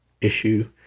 issue